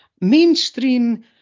mainstream